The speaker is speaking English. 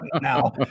now